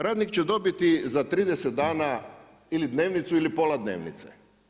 Radnik će dobiti za 30 dana ili dnevnicu ili pola dnevnice.